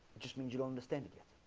just means you don't understand it yet